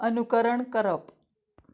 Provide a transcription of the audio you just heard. अनुकरण करप